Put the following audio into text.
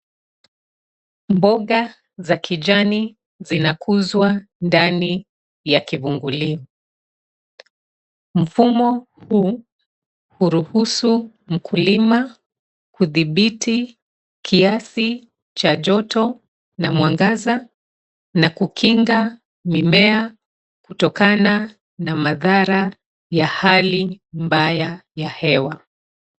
Mboga za kijani zinakuzwa ndani ya kivungulio. Mfumo huu huruhusu mkulima kudhibiti kiasi cha joto na mwangaza na kukinga mimea kutokana na madhara ya hali mbaya ya hewa.